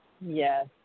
Yes